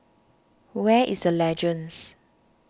where is the Legends